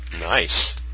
Nice